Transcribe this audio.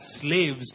slaves